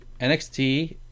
NXT